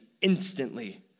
instantly